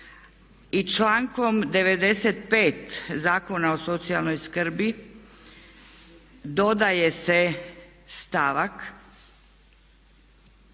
i člankom 95. Zakona o socijalnoj skrbi dodaje se stavak